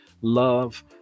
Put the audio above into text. love